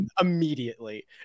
immediately